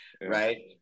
right